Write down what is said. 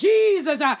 Jesus